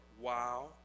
Wow